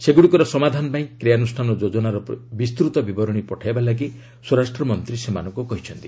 ସେଗୁଡ଼ିକର ସମାଧାନ ପାଇଁ କ୍ରିୟାନୁଷାନ ଯୋଜନାର ବିସ୍ତୃତ ବିବରଣୀ ପଠାଇବା ପାଇଁ ସ୍ୱରାଷ୍ଟ୍ରମନ୍ତ୍ରୀ ସେମାନଙ୍କୁ କହିଛନ୍ତି